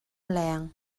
leng